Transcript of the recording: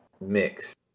mix